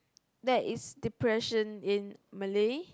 that is depression in Malay